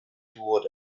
toward